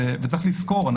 וצריך לזכור,